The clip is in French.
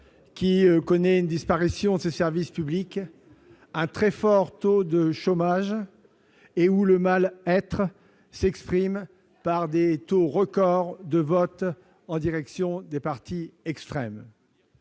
qui connaît la disparition de ses services publics, un très fort taux de chômage et où le mal-être s'exprime par des votes records en direction des partis extrêmes.